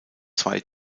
zwei